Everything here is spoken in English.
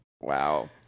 Wow